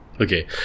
Okay